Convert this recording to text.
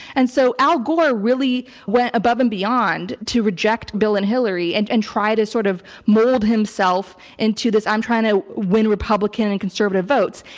and so al gore really went above and beyond to reject bill and hillary and and try to sort of mold himself into this i'm trying to win republican and conservative votes,